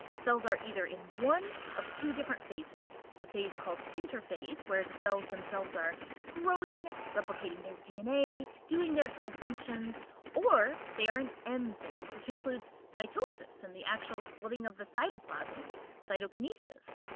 cells are either in one of two different phases a phase called interphase where the cells themselves are growing, replicating their dna, doing their cell functions or they are in m phase which includes mitosis and the actual splitting of the cytoplasm cytokinesis.